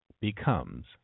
becomes